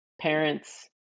parents